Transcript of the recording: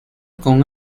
con